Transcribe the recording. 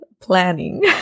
planning